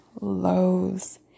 lows